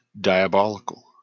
diabolical